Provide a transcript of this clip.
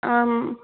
ஆம்